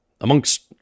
Amongst